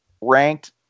ranked